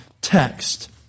text